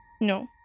No